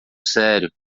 sério